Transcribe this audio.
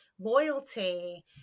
loyalty